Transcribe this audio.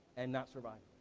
and not surviving.